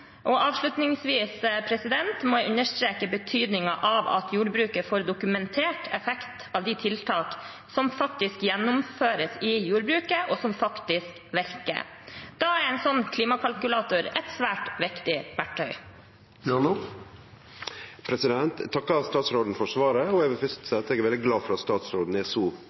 Avslutningsvis må jeg understreke betydningen av at jordbruket får dokumentert effekt av de tiltak som faktisk gjennomføres i jordbruket, og som faktisk virker. Da er en sånn klimakalkulator et svært viktig verktøy. Eg takkar statsråden for svaret. Eg vil fyrst seie at eg er veldig glad for at statsråden er